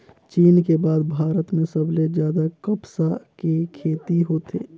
चीन के बाद भारत में सबले जादा कपसा के खेती होथे